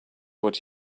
what